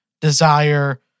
desire